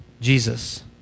Jesus